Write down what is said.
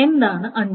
എന്താണ് അണ്ടു